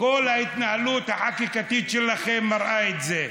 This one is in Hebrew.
כל ההתנהלות החקיקתית שלכם מראה את זה.